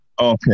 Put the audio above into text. Okay